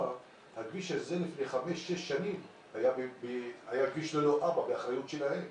הכביש הזה לפני 5-6 שנים היה באחריות משרד התחבורה.